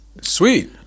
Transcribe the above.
Sweet